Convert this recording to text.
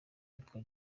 witwa